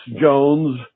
Jones